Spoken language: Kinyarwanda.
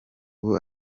ubu